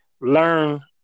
Learn